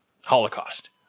Holocaust